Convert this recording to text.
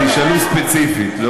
תשאלו ספציפית.